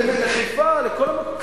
לחיפה, לכל המקומות.